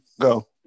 go